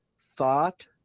thought